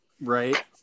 right